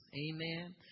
Amen